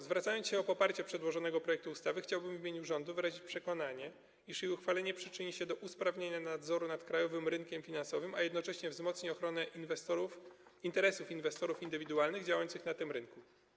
Zwracając się z prośbą o poparcie przedłożonego projektu ustawy, chciałbym w imieniu rządu wyrazić przekonanie, iż jej uchwalenie przyczyni się do usprawnienia nadzoru nad krajowym rynkiem finansowym, a jednocześnie wzmocni ochronę interesów inwestorów indywidualnych działających na tym runku.